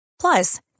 Plus